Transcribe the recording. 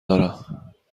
دارم